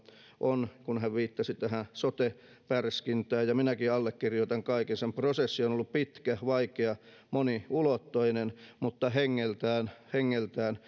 on kun hän viittasi tähän sote pärskintään ja minäkin allekirjoitan kaiken prosessi on ollut pitkä vaikea moniulotteinen mutta hengeltään hengeltään